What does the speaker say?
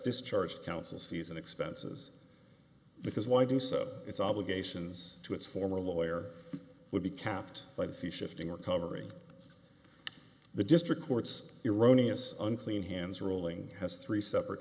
discharged councils fees and expenses because why do so its obligations to its former lawyer would be kept by the few shifting or covering the district court's eroni of unclean hands ruling has three separate